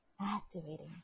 Activating